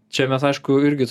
čia mes aišku irgi